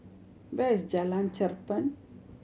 where is Jalan Cherpen